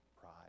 Pride